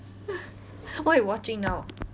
what you watching now